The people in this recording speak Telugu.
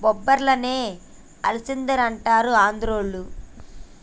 బొబ్బర్లనే అలసందలంటారు ఆంద్రోళ్ళు